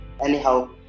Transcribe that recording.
anyhow